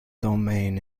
domain